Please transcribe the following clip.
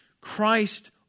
Christ